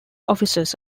offices